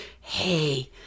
hey